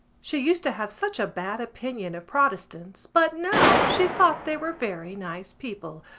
she used to have such a bad opinion of protestants but now she thought they were very nice people,